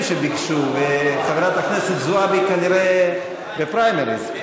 לא ניתן כספים קואליציוניים.